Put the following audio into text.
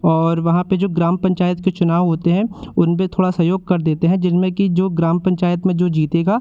और वहाँ पर जो ग्राम पंचायत के चुनाव होते हैं उनपे थोड़ा सहयोग कर देते हैं जिनमें कि जो ग्राम पंचायत में जो जीतेगा